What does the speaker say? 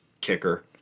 kicker